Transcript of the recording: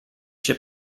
się